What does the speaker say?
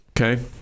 Okay